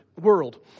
world